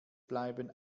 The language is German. bleiben